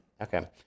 Okay